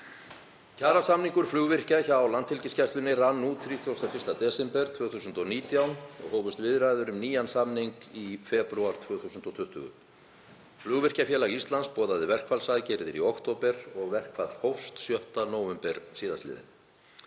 Kjarasamningur flugvirkja hjá Landhelgisgæslunni rann út 31. desember 2019 og hófust viðræður um nýjan samning í febrúar 2020. Flugvirkjafélag Íslands boðaði verkfallsaðgerðir í október og verkfall hófst 6. nóvember sl.